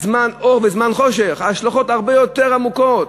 זמן אור וזמן חושך, ההשלכות הרבה יותר עמוקות.